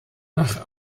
nach